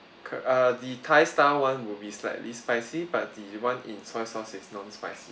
cor~ uh the thai style [one] will be slightly spicy but the one in soy sauce is non-spicy